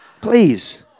Please